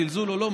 זלזול או לא,